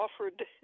offered